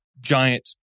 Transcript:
giant